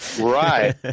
right